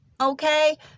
okay